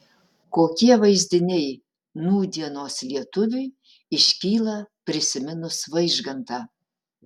kokie vaizdiniai nūdienos lietuviui iškyla prisiminus vaižgantą